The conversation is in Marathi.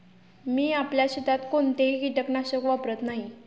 मी आपल्या शेतात कोणतेही कीटकनाशक वापरत नाही